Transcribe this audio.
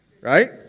Right